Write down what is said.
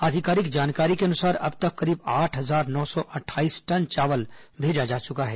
आधिकारिक जानकारी के अनुसार अब तक करीब आठ हजार नौ सौ अट्ठारह टन चावल भेजा जा चुका है